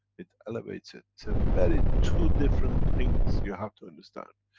it elevates it. it's a very two different things. you have to understand,